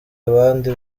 abandi